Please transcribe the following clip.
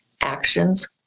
actions